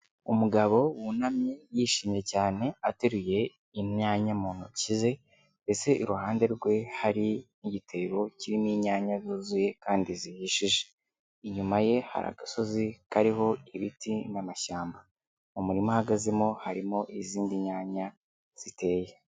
Umugabo wunamye yishimye cyane ateruye inyanya mu ntoki ze, mbese iruhande rwe hari n'igitebo kirimo inyanya zuzuye kandi zihishije. Inyuma ye hari agasozi kariho ibiti n'amashyamba. Mu murima ahagazemo harimo izindi nyanya ziteye.